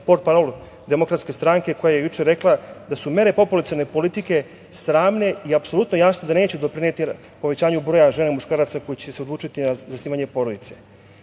je portparol DS, koja je juče rekla da su mere populacione politike sramne i apsolutno je jasno da neće doprineti povećanju broja žena i muškaraca koji će se odlučiti na zasnivanje porodice. Da